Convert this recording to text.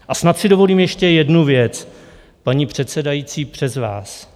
A snad si dovolím ještě jednu věc, paní předsedající, přes vás.